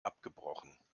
abgebrochen